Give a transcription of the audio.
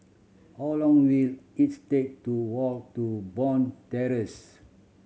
how long will it take to walk to Bond Terrace